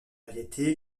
variété